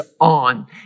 on